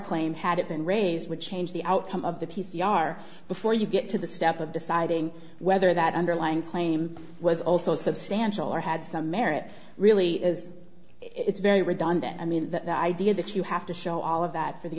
claim had it been raised would change the outcome of the p c r before you get to the step of deciding whether that underlying claim was also substantial or had some merit really as it's very redundant i mean the idea that you have to show all of that for the